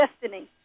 destiny